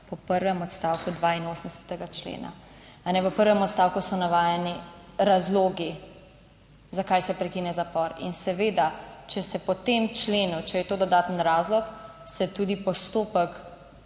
po prvem odstavku 82. člena. A ne, prvem odstavku so navedeni razlogi, zakaj se prekine zapor in seveda, če se po tem členu, če je to dodaten razlog, se tudi postopek